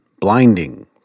blinding